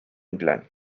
inclán